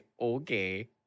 okay